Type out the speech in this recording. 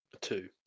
Two